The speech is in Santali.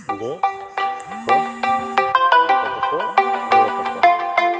ᱟᱫᱚ ᱠᱚ ᱩᱱᱠᱩ ᱫᱚᱠᱚ